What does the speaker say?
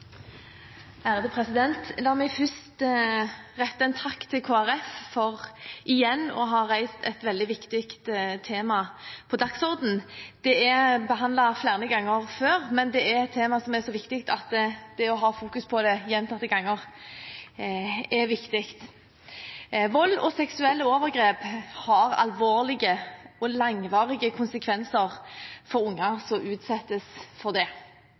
La meg først rette en takk til Kristelig Folkeparti for igjen å ha satt et veldig viktig tema på dagsordenen. Det er behandlet flere ganger før, men det er et tema som er så viktig at det å ha fokus på det gjentatte ganger, er viktig. Vold og seksuelle overgrep har alvorlige og langvarige konsekvenser for unger som utsettes for det. Som flere har vært inne på, ødelegger det